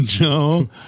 No